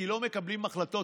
כי לא מקבלים החלטות,